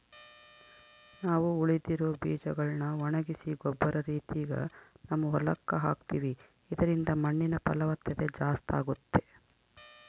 ನಾವು ಉಳಿದಿರೊ ಬೀಜಗಳ್ನ ಒಣಗಿಸಿ ಗೊಬ್ಬರ ರೀತಿಗ ನಮ್ಮ ಹೊಲಕ್ಕ ಹಾಕ್ತಿವಿ ಇದರಿಂದ ಮಣ್ಣಿನ ಫಲವತ್ತತೆ ಜಾಸ್ತಾಗುತ್ತೆ